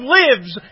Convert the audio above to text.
lives